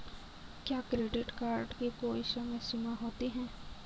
क्या credit card की कोई समय सीमा होती है?